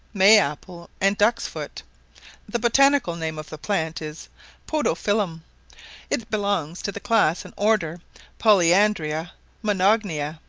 may apple, and duck's-foot the botanical name of the plant is podophyllum it belongs to the class and order polyandria monogynia.